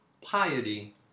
piety